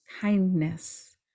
kindness